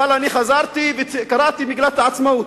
אבל אני חזרתי וקראתי את מגילת העצמאות.